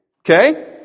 Okay